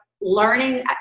learning